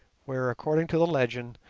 where, according to the legend,